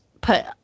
put